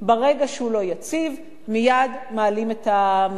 ברגע שהוא לא יציב, מייד מעלים את המחירים.